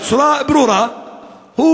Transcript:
בצורה ברורה,